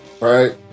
right